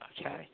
Okay